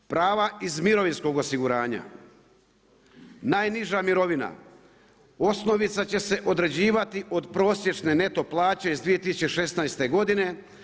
Prva iz mirovinskog osiguranja, najniža mirovina osnovica će se određivati od prosječne neto plaće iz 2016. godine.